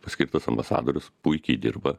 paskirtas ambasadorius puikiai dirba